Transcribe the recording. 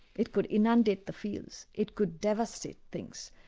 it could inundate the fields, it could devastate things.